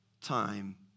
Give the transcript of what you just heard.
time